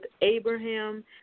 Abraham